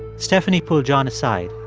stephanie pulled john aside.